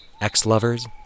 Ex-lovers